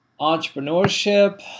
entrepreneurship